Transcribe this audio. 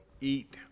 eat